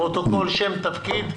הרשות לשירות אזרחי, בבקשה.